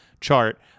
chart